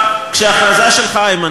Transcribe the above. איימן,